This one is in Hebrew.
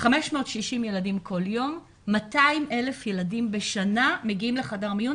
560 ילדים כל יום; 200,000 ילדים בשנה מגיעים לחדר מיון.